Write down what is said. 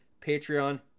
Patreon